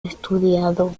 estudiado